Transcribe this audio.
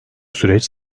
süreç